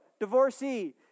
divorcee